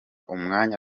umwanya